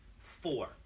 four